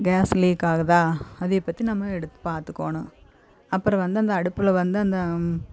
case leak ஆகுதா அதைய பற்றி நம்ம எடுத் பார்த்துக்கோணும் அப்புறம் வந்து அந்த அடுப்பில் வந்து அந்த